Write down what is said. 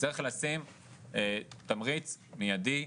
צריך לשים תמריץ מידי,